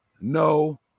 no